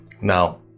now